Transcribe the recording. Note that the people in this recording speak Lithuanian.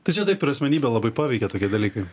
tai čia taip ir asmenybę labai paveikia tokie dalykai